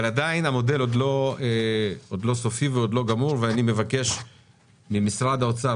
אבל עדיין המודל עוד לא סופי ועוד לא גמור ואני מבקש ממשרד האוצר